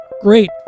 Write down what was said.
great